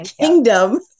Kingdom